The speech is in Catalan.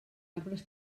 arbres